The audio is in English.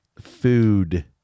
Food